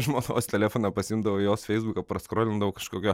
žmonos telefoną pasiimdavau jos feisbuką praskrolindavau kažkokia